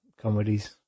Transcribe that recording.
comedies